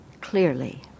clearly